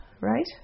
right